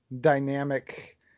dynamic